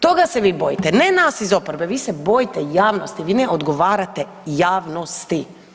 Toga se vi bojite, ne nas iz oporbe, vi se bojite javnosti, vi ne odgovarate javnosti.